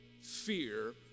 fear